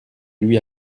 lui